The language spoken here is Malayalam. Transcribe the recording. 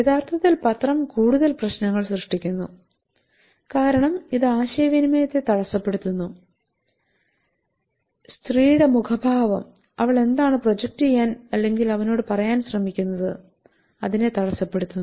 യഥാർത്ഥത്തിൽ പത്രം കൂടുതൽ പ്രശ്നങ്ങൾ സൃഷ്ടിക്കുന്നു കാരണം ഇത് ആശയവിനിമയത്തെ തടസ്സപ്പെടുത്തുന്നു സ്ത്രീയുടെ മുഖഭാവം അവൾ എന്താണ് പ്രൊജക്റ്റ് ചെയ്യാൻ അല്ലെങ്കിൽ അവനോട് പറയാൻ ശ്രമിക്കുന്നത് അതിനെ തടസ്സപ്പെടുത്തുന്നു